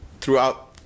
throughout